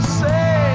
say